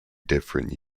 different